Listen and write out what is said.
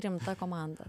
rimta komanda